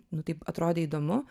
nu taip atrodė įdomu